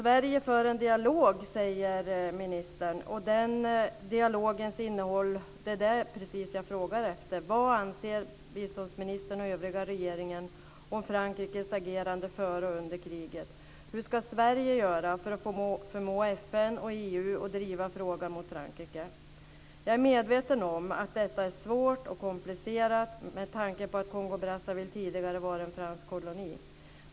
Sverige för en dialog, säger ministern. Den dialogens innehåll är precis det jag frågade efter. Vad anser biståndsministern och övriga regeringen om Frankrikes agerande före och under kriget? Hur ska Sverige göra för att förmå FN och EU att driva frågan mot Frankrike. Jag är medveten om att detta är svårt och komplicerat med tanke på att Kongo-Brazzaville tidigare var en fransk koloni.